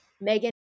Megan